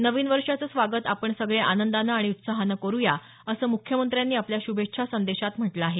नवीन वर्षाचं स्वागत आपण सगळे आनंदानं आणि उत्साहानं करू या असं मुख्यमंत्र्यांनी आपल्या श्रभेच्छा संदेशात म्हटलं आहे